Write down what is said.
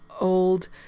old